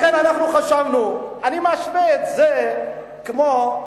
לכן אנחנו חשבנו, אני משווה את זה, כמו,